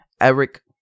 Eric